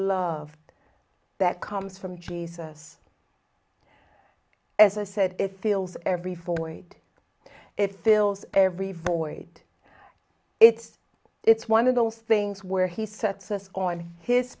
love that comes from jesus as i said if eels every four wait if ils every void it's it's one of those things where he sets us on his